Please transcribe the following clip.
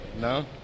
No